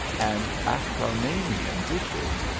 and acarnanian dishes,